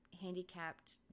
handicapped